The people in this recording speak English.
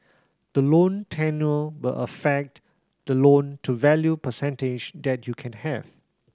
the loan tenure will affect the loan to value percentage that you can have